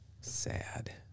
Sad